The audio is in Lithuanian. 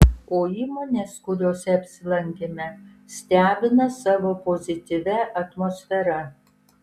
o įmonės kuriose apsilankėme stebina savo pozityvia atmosfera